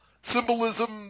symbolism